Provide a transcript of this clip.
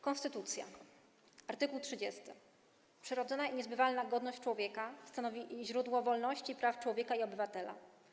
Konstytucja, art. 30: „Przyrodzona i niezbywalna godność człowieka stanowi źródło wolności i praw człowieka i obywatela.